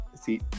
See